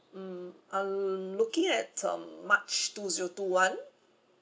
mm I'm looking at um march two zero two one